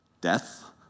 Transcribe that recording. Death